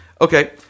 okay